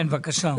כן, בבקשה.